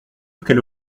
qu’elle